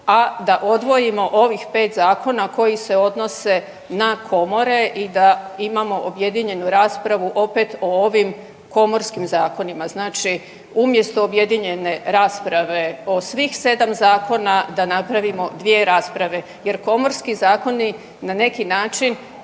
a da odvojimo ovih 5 zakona koji se odnose na komore i da imamo objedinjenu raspravu opet o ovim komorskim zakonima. Znači umjesto objedinjene rasprave o svih 7 zakona da napravimo 2 rasprave jer komorski zakoni na neki način